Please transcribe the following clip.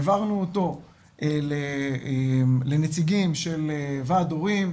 העברנו אותו לנציגים של ועד הורים,